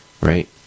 Right